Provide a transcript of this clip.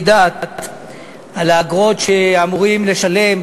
שר האוצר והשר לשירותי דת שאמורים לשלם,